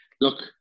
look